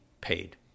paid